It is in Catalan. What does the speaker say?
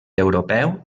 europeu